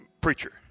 preacher